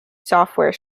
software